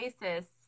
basis